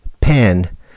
Pen